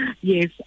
Yes